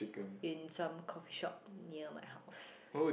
in some coffee shop near my house